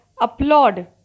applaud